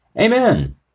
Amen